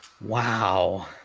Wow